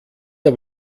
der